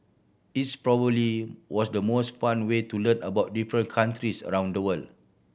it's probably was the most fun way to learn about different countries around the world